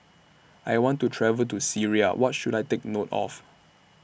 I want to travel to Syria What should I Take note of